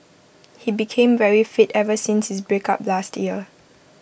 he became very fit ever since his breakup last year